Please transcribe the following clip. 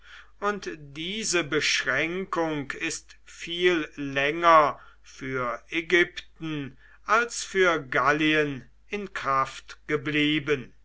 und diese beschränkung ist viel länger für ägypten als für gallien in kraft geblieben